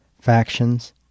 factions